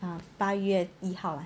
ah 八月一号 ah